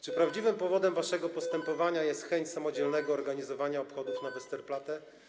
Czy prawdziwym powodem waszego postępowania jest chęć samodzielnego organizowania obchodów na Westerplatte?